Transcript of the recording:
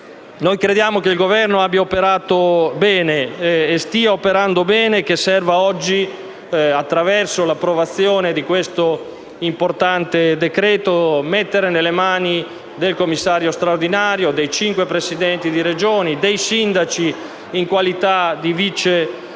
crediamo il Governo abbia operato e stia operando bene e che oggi, attraverso l'approvazione di questo importante decreto-legge, serva mettere nelle mani del Commissario straordinario, dei cinque Presidenti di Regione e dei Sindaci in qualità di subcommissari,